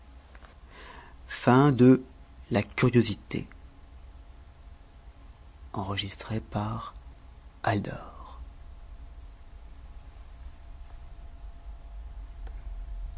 de la capacité